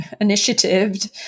initiated